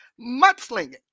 mudslinging